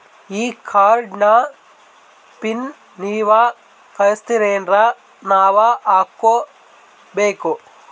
ಈ ಕಾರ್ಡ್ ನ ಪಿನ್ ನೀವ ಕಳಸ್ತಿರೇನ ನಾವಾ ಹಾಕ್ಕೊ ಬೇಕು?